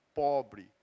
pobre